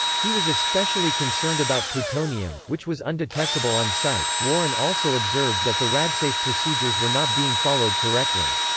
he was especially concerned about plutonium, which was undetectable on site warren also observed that the radsafe procedures were not being followed correctly.